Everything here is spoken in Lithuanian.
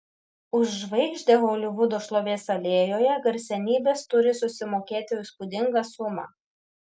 už žvaigždę holivudo šlovės alėjoje garsenybės turi susimokėti įspūdingą sumą